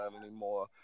anymore